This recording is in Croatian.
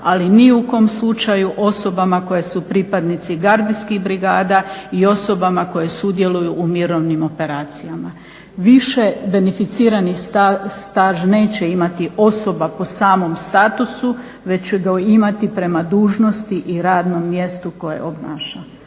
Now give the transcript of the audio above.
ali ni u kom slučaju osobama koje su pripadnici gardijskih brigada i osobama koje sudjeluju u mirovnim operacijama. Više beneficirani staž neće imati osoba po samom statusu već će ga imati prema dužnosti i radnom mjestu koje obnaša.